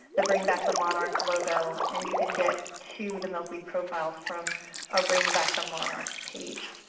the bring back the monarchs logo. and you can get to the milkweed profiles from our bring back the monarchs page.